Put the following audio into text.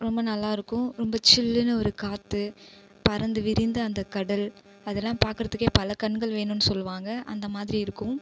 ரொம்ப நல்லாயிருக்கும் ரொம்பச் சில்லுனு ஒரு காற்று பரந்து விரிந்த அந்தக் கடல் அதெலாம் பார்க்கறதுக்கே பல கண்கள் வேணும்னு சொல்லுவாங்க அந்தமாதிரி இருக்கும்